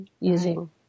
using